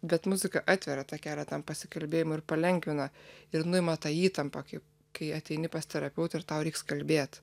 bet muzika atveria tą kelią tam pasikalbėjimui ir palengvina ir nuima tą įtampą kai kai ateini pas terapeutą ir tau reiks kalbėt